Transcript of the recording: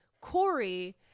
Corey